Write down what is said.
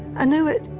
i knew it.